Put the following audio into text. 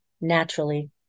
naturally